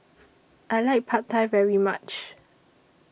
I like Pad Thai very much